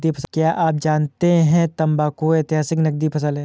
क्या आप जानते है तंबाकू ऐतिहासिक नकदी फसल है